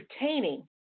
entertaining